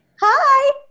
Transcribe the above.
Hi